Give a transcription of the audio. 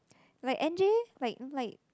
like N_J like like